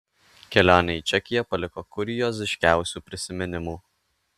kelionė į čekiją paliko kurioziškiausių prisiminimų